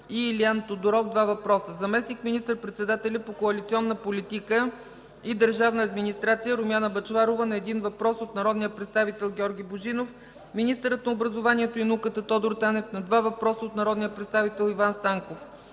и Илиан Тодоров – 2 въпроса; - заместник министър-председателят по коалиционна политика и държавна администрация Румяна Бъчварова на 1 въпрос от народния представител Георги Божинов; - министърът на образованието и науката Тодор Танев на 2 въпроса от народния представител Иван Станков;